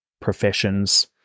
professions